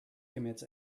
commits